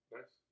Nice